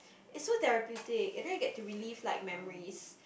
is so therapeutic and then you get to relief like memories